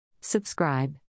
Subscribe